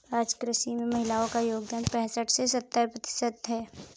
आज कृषि में महिलाओ का योगदान पैसठ से सत्तर प्रतिशत है